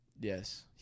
Yes